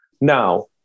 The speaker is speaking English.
Now